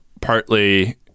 partly